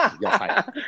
yes